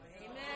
Amen